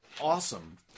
awesome